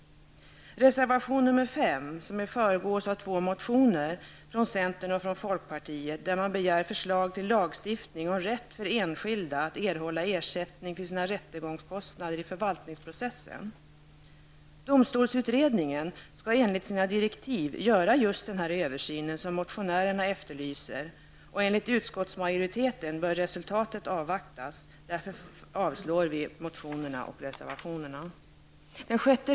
Reservation nr 5 föregås av två motioner från centern och folkpartiet där man begär förslag till lagstiftning och rätt för enskilda att erhålla ersättning för rättegångskostnader i förvaltningsprocessen. Domstolsutredningen skall enligt sina direktiv göra just den översyn som motionärerna efterlyser. Enligt utskottsmajoriteten bör resultatet avvaktas. Därför avslår vi motionerna och reservationerna.